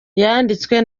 yanditswe